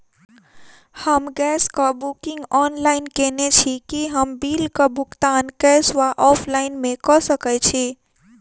हम गैस कऽ booking online केने छी, की हम बिल कऽ भुगतान कैश वा ऑफलाइन मे कऽ सकय छी?